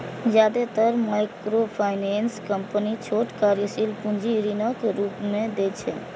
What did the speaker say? जादेतर microfinance company छोट कार्यशील पूंजी ऋणक रूप मे दै छै